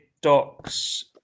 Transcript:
docs